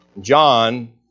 John